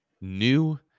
new